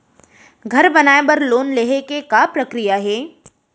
घर बनाये बर लोन लेहे के का प्रक्रिया हे?